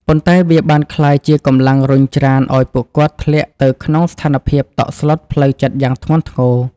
ប៉ុន្តែវាបានក្លាយជាកម្លាំងរុញច្រានឱ្យពួកគាត់ធ្លាក់ទៅក្នុងស្ថានភាពតក់ស្លុតផ្លូវចិត្តយ៉ាងធ្ងន់ធ្ងរ។